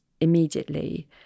immediately